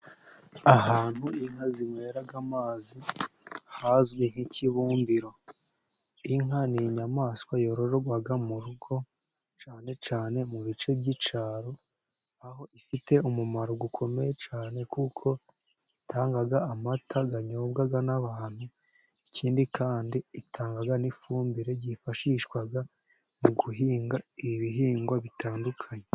Ahantu inka zinywera amazi hazwi nk'ikibumbiro. Inka ni inyamaswa yororerwa mu rugo cyane cyane mu bice by'icaro, aho ifite umumaro ukomeye cyane kuko itanga amata anyobwa n'abantu. Ikindi kandi itanga n'ifumbire yifashishwa mu guhinga ibihingwa bitandukanye.